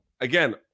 Again